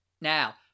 Now